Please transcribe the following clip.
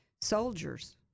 Soldiers